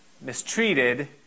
Mistreated